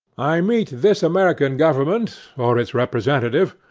i meet this american government, or its representative,